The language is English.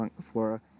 flora